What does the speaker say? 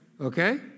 Okay